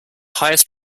highest